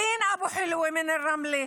לין אבו חלאווה מרמלה,